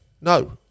No